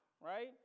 Right